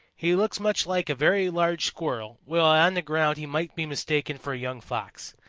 he looks much like a very large squirrel, while on the ground he might be mistaken for a young fox.